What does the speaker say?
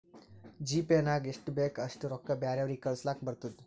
GPay ನಾಗ್ ಎಷ್ಟ ಬೇಕ್ ಅಷ್ಟ ರೊಕ್ಕಾ ಬ್ಯಾರೆವ್ರಿಗ್ ಕಳುಸ್ಲಾಕ್ ಬರ್ತುದ್